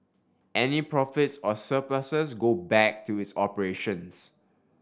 any profits or surpluses go back to its operations